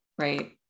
Right